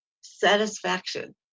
satisfaction